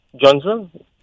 Johnson